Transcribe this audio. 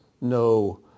no